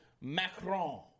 Macron